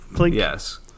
Yes